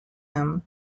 him